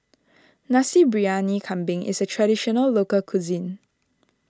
Nasi Briyani Kambing is a Traditional Local Cuisine